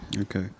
Okay